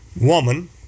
woman